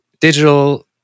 digital